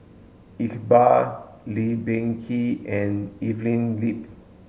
Iqbal Lee Peh Gee and Evelyn Lip